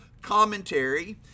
commentary